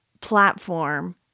platform